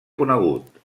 conegut